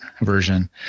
version